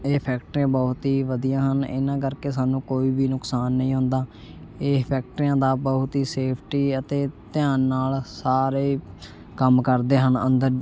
ਇਹ ਫੈਕਟਰੀਆਂ ਬਹੁਤ ਹੀ ਵਧੀਆ ਹਨ ਇਹਨਾਂ ਕਰਕੇ ਸਾਨੂੰ ਕੋਈ ਵੀ ਨੁਕਸਾਨ ਨਹੀਂ ਹੁੰਦਾ ਇਹ ਫੈਕਟਰੀਆਂ ਦਾ ਬਹੁਤ ਹੀ ਸੇਫਟੀ ਅਤੇ ਧਿਆਨ ਨਾਲ਼ ਸਾਰੇ ਕੰਮ ਕਰਦੇ ਹਨ ਅੰਦਰ